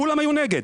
כולם היו נגד.